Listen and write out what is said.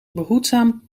behoedzaam